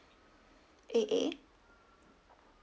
A A